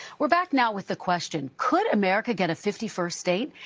we're back now with a question. could america get a fifty first state?